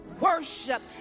worship